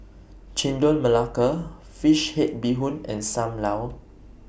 Chendol Melaka Fish Head Bee Hoon and SAM Lau